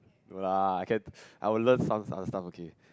no lah I can I will learn some some some okay